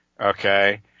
okay